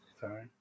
sorry